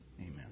Amen